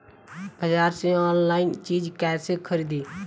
बाजार से आनलाइन चीज कैसे खरीदी?